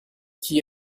qui